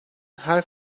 her